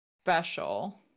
special